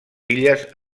illes